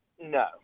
No